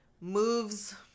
moves